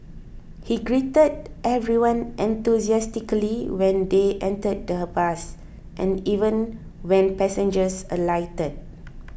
he greeted everyone enthusiastically when they entered the bus and even when passengers alighted